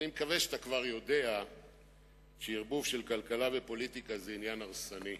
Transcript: אני מקווה שאתה כבר יודע שערבוב כלכלה ופוליטיקה זה עניין הרסני,